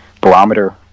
barometer